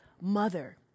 mother